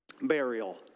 burial